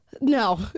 No